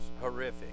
horrific